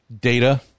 data